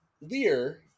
Lear